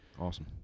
Awesome